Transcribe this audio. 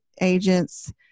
agents